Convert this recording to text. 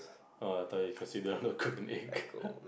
oh I told you first you don't know cook and eat